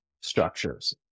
structures